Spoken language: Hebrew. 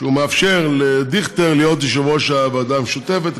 והוא מאפשר לדיכטר להיות יושב-ראש הוועדה המשותפת,